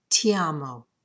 Tiamo